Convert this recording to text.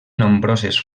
nombroses